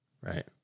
Right